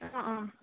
অঁ অঁ